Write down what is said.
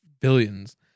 billions